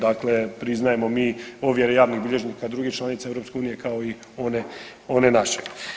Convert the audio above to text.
Dakle, priznajemo mi ovjere javnih bilježnika drugih članica EU kao i one naše.